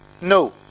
no